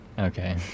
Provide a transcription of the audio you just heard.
Okay